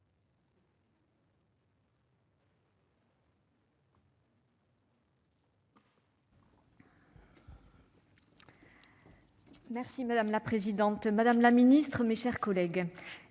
Madame la présidente, madame la ministre, mes chers collègues,